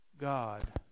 God